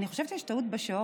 אני חושבת שיש טעות בשעון,